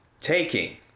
taking